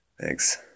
thanks